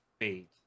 fate